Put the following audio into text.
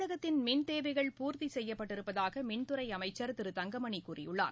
தமிழகத்தின் மின்தேவைகள் பூர்த்தி செய்யப்பட்டிருப்பதாக மின்துறை அமைச்சர் திரு தங்கமணி கூறியுள்ளார்